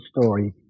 story